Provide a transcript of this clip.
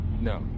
No